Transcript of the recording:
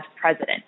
president